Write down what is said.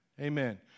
Amen